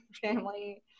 family